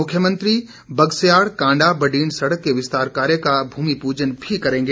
मुख्यमंत्री बगस्याड़ कांडा बडीन सड़क के विस्तार कार्य का भूमि प्रजन भी करेंगे